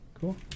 Cool